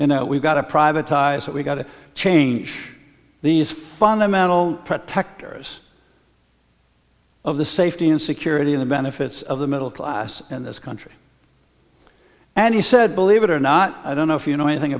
you know we've got to privatized it we've got to change these fundamental protectors of the safety and security of the benefits of the middle class in this country and he said believe it or not i don't know if you know anything